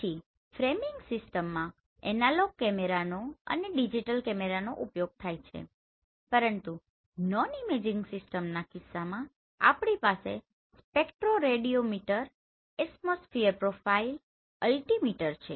પછી ફ્રેમિંગ સિસ્ટમમાં એનાલોગ કેમેરાનો અને ડિજિટલ કેમેરાનો ઉપયોગ થાય છે પરંતુ નોનઇમેજિંગ સિસ્ટમના કિસ્સામાં આપણી પાસે સ્પેક્ટ્રોરેડિયોમીટર એટમોસ્ફીયર પ્રોફાઇલર અલ્ટિમિટર છે